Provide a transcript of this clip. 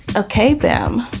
okay, then.